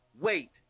wait